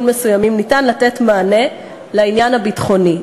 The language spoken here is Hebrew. מסוימים ניתן לתת מענה לעניין הביטחוני.